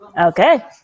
Okay